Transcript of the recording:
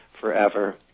forever